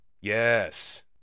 Yes